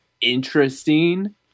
interesting